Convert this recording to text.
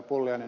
pulliainen